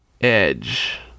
Edge